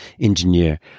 engineer